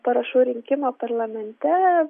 parašų rinkimą parlamente